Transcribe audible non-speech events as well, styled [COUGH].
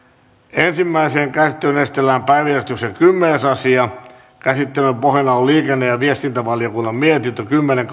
ensimmäiseen käsittelyyn esitellään päiväjärjestyksen kymmenes asia käsittelyn pohjana on liikenne ja viestintävaliokunnan mietintö kymmenen [UNINTELLIGIBLE]